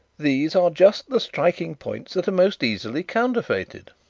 these are just the striking points that are most easily counterfeited.